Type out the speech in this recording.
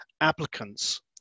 applicants